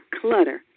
Clutter